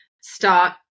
start